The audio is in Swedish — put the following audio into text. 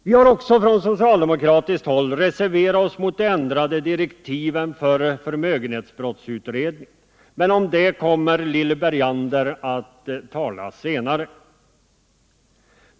Vi har också från socialdemokratiskt håll reserverat oss mot de ändrade ed direktiven för förmögenhetsbrottsutredningen, men om detta skall Lilly Bergander tala senare.